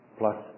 plus